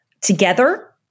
together